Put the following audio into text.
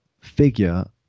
figure